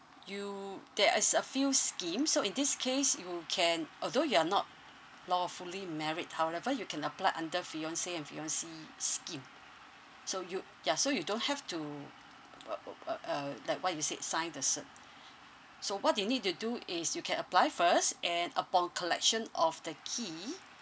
you there is a few schemes so in this case you can although you are not lawfully married however you can apply under fiance and fiancee scheme so you ya so you don't have to uh oo uh uh like what you said sign the cert so what you need to do is you can apply first and upon collection of the key